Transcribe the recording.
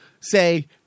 say